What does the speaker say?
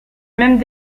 mêmes